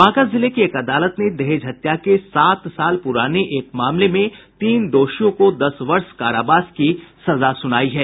बांका जिले की एक अदालत ने दहेज हत्या के सात साल पुराने एक मामले में तीन दोषियों को दस वर्ष कारावास की सजा सुनाई है